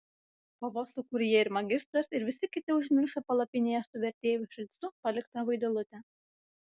kovos sūkuryje ir magistras ir visi kiti užmiršo palapinėje su vertėju fricu paliktą vaidilutę